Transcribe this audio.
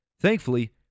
Thankfully